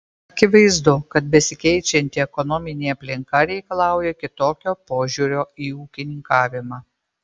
akivaizdu kad besikeičianti ekonominė aplinka reikalauja kitokio požiūrio į ūkininkavimą